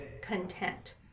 content